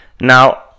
Now